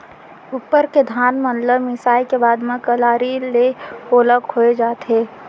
उप्पर के धान मन ल मिसाय के बाद म कलारी ले ओला खोय जाथे